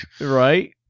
Right